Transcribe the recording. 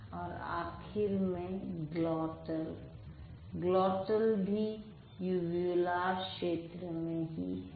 और आखिर में ग्लोटल ग्लोटल भी युव्युलार क्षेत्र में ही है